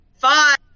Five